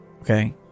okay